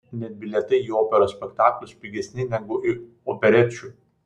net bilietai į operos spektaklius pigesni negu į operečių